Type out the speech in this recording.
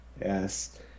Yes